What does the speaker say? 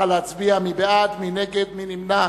נא להצביע, מי בעד, מי נגד, מי נמנע.